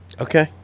Okay